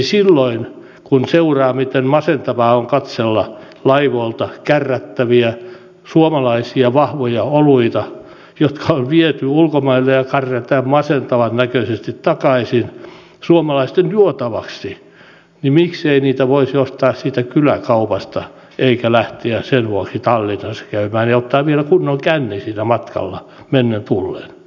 silloin kun seuraa miten masentavaa on katsella laivoilta kärrättäviä suomalaisia vahvoja oluita jotka on viety ulkomaille ja kärrätään masentavan näköisesti takaisin suomalaisten juotavaksi niin miksei niitä voisi ostaa siitä kyläkaupasta eikä lähteä sen vuoksi tallinnassa käymään ja ottaa vielä kunnon känni siinä matkalla mennen tullen